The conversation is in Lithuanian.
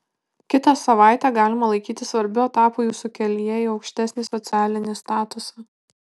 kitą savaitę galima laikyti svarbiu etapu jūsų kelyje į aukštesnį socialinį statusą